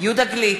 יהודה גליק,